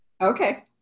Okay